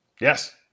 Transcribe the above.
Yes